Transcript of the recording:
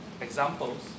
examples